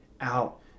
out